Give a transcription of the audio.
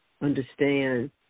understand